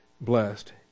blessed